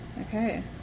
Okay